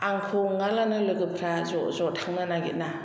आंखौ नङालानो लोगोफ्रा ज' ज' थांनो नागेदना